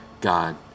God